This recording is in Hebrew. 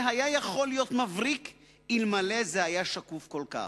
זה היה יכול להיות מבריק אלמלא זה היה שקוף כל כך.